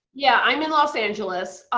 yeah. i'm in los angeles.